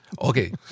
Okay